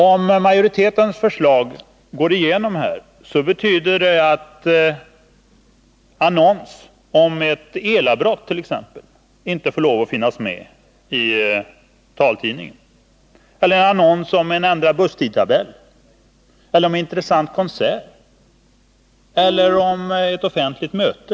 Om utskottsmajoritetens förslag går igenom, betyder det att en annons om t.ex. ett elavbrott inte får lov att finnas med i taltidningen. Detsamma gäller annonser om en ändrad busstidtabell, en intressant konsert eller ett offentligt möte.